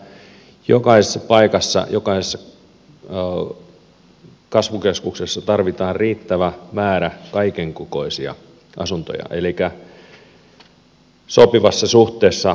tarvitaan jokaisessa paikassa jokaisessa kasvukeskuksessa riittävä määrä kaiken kokoisia asuntoja elikkä sopivassa suhteessa kysyntään